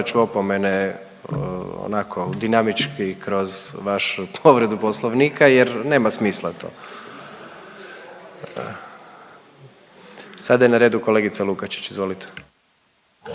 davat ću opomene, onako, dinamički kroz vašu povredu Poslovnika jer nema smisla to. Sada je na redu kolegica Lukačić, izvolite.